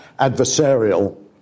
adversarial